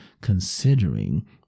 considering